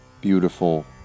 Beautiful